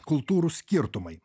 kultūrų skirtumai